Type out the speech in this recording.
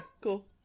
cool